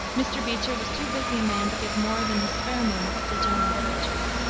mr. beecher was too busy a man to give more than his spare moments to general literature.